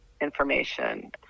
information